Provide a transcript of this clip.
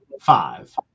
five